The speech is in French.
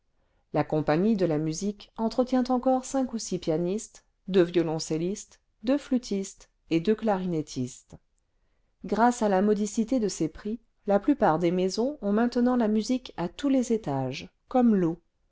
la compagnie de la musique entretient encore cinq ou six pianistes deux violoncellistes deux flûtistes et deux clarinettistes grâce à la modicité cle ses prix la plupart des maisons ont maintenant la musique à tous la double troupe de la porte saint-martin les étages comme l'eau